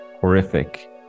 horrific